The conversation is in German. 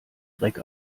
dreck